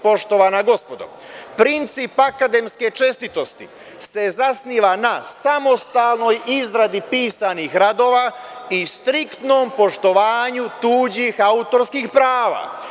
Princip akademske čestitosti se zasniva na samostalnoj izradi pisanih radova i striktnom poštovanju tuđih autorskih prava.